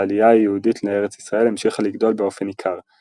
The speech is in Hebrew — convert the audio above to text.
העלייה היהודית לארץ ישראל המשיכה לגדול באופן ניכר,